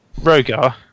Rogar